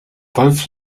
both